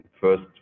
first